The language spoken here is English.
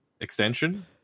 extension